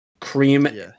Cream